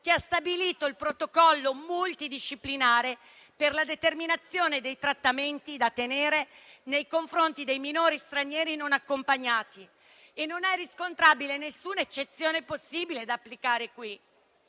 che ha stabilito il protocollo multidisciplinare per la determinazione dei trattamenti da tenere nei confronti dei minori stranieri non accompagnati e non è riscontrabile nessuna eccezione possibile da applicare in